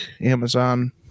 Amazon